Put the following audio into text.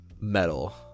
Metal